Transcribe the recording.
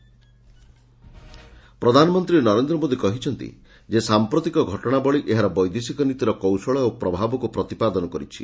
PM conclave ପ୍ରଧାନମନ୍ତ୍ରୀ ନରେନ୍ଦ୍ର ମୋଦି କହିଛନ୍ତି ଯେ ସାଂପ୍ରତିକ ଘଟଣାବଳୀ ଏହାର ବୈଦେଶିକ ନୀତିର କୌଶଳ ଓ ପ୍ରଭାବକୁ ପ୍ରତିପାଦନ କରିଛି